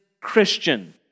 Christian